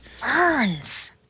burns